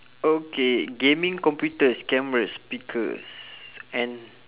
okay gaming computers cameras speakers and